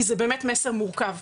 כי זה באמת מסר מורכב.